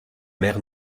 mer